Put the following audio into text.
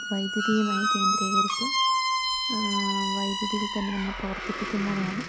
വൈദ്യുതിയുമായി കേന്ദ്രീകരിച്ച് വൈദ്യുതിയിൽത്തന്നെ നമ്മൾ പ്രവർത്തിപ്പിക്കുന്നവയാണ്